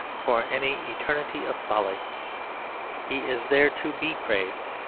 for any eternity of folly he is there to be praised.